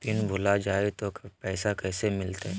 Pin भूला जाई तो पैसा कैसे मिलते?